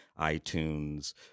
iTunes